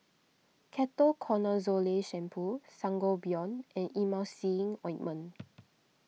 Ketoconazole Shampoo Sangobion and Emulsying Ointment